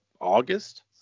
August